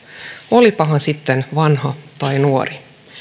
olipa hän sitten vanha tai nuori